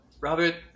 robert